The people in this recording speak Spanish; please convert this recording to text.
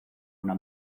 una